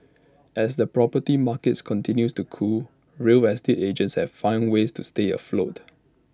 as the property markets continues to cool real estate agents have find ways to stay afloat